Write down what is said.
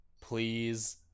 Please